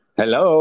Hello